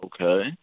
Okay